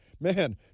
man